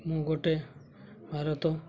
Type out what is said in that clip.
ମୁଁ ଗୋଟେ ଭାରତ